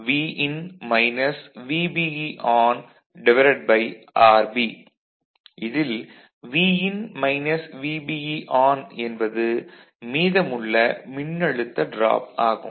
IB Vin - VBERB இதில் Vin - VBE என்பது மீதமுள்ள மின்னழுத்த டிராப் ஆகும்